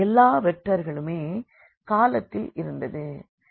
எல்லா வெக்டர்களுமே காலத்தில் இருந்தது